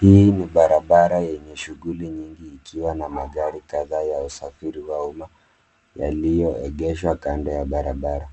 Hii ni barabara yenye shughuli nyingi ikiwa na magari kadhaa ya usafiri wa umma yaliyoegeshwa kando ya barabara.